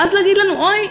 ואז להגיד לנו: אוי,